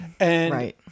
right